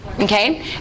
okay